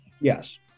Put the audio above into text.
Yes